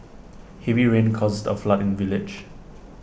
heavy rains caused A flood in the village